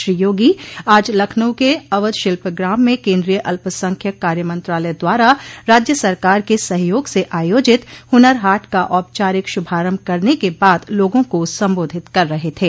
श्री योगी आज लखनऊ के अवध शिल्पग्राम में केन्द्रीय अल्पसंख्यक कार्य मंत्रलालय द्वारा राज्य सरकार के सहयोग से आयोजित हुनर हाट का औपचारिक शुभारम्भ करने के बाद लोगों को संबोधित कर रहे थे